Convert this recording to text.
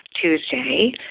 Tuesday